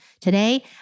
today